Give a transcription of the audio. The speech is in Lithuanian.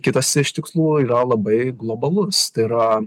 kitas iš tikslų yra labai globalus tai yra